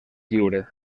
lliure